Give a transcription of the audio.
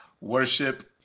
Worship